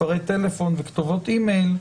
מספרי טלפון וכתובות אימייל,